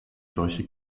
solche